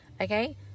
okay